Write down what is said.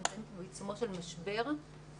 אנחנו נמצאים בעיצומו של משבר של